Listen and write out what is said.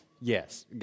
yes